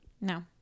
No